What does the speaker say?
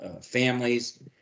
families